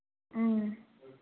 ꯎꯝ